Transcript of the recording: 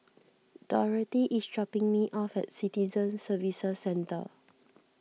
Dorothy is dropping me off at Citizen Services Centre